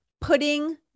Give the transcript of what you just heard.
putting